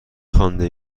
خوانده